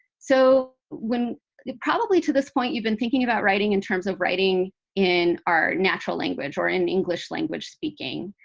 so when probably to this point, you've been thinking about writing in terms of writing in our natural language or in english language speaking.